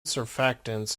surfactants